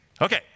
Okay